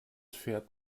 fährt